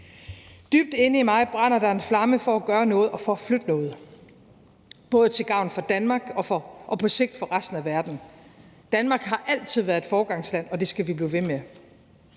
»Dybt inde i mig brænder der en flamme for at gøre noget og for at flytte noget. Både til gavn for Danmark og på sigt for resten af verden. Danmark har altid været et foregangsland, og det skal vi blive ved.«